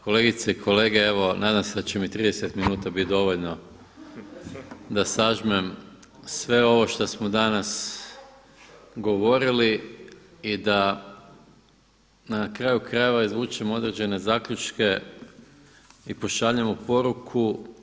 Kolegice i kolege evo nadam se da će mi 30 minuta biti dovoljno da sažmem sve ovo što smo danas govorili i da na kraju krajeva izvučem određene zaključke i pošaljemo poruku.